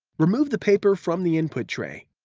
remove the paper from the input tray.